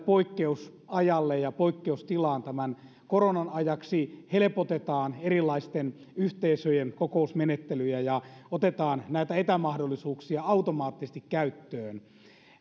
poikkeusajassa ja poikkeustilassa tämän koronan ajaksi helpotetaan erilaisten yhteisöjen kokousmenettelyjä ja otetaan näitä etämahdollisuuksia automaattisesti käyttöön